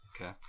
Okay